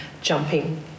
jumping